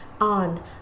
on